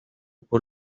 pull